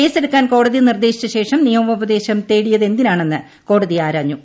കേസെടുക്കാൻ കോടതി നിർദ്ദേശിച്ച നിയമോപദേശം തേടിയതെന്തിനാണെന്ന് കോടതി ആരാഞ്ഞു